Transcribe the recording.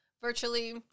virtually